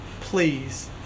Please